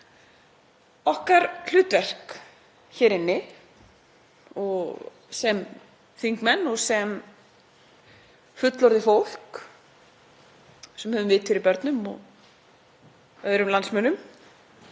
Okkar hlutverk hér inni sem þingmenn og sem fullorðið fólk, sem höfum vit fyrir börnum og öðrum landsmönnum,